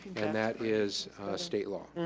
and that is state law.